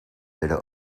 werden